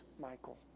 Michael